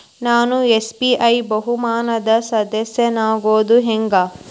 ನಾನು ಎಸ್.ಬಿ.ಐ ಬಹುಮಾನದ್ ಸದಸ್ಯನಾಗೋದ್ ಹೆಂಗ?